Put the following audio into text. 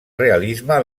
realisme